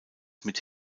mit